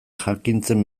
jakintzen